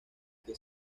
que